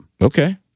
Okay